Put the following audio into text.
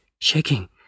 Shaking